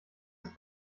ist